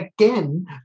again